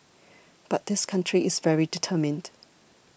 but this country is very determined